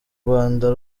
rwanda